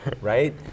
Right